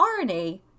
RNA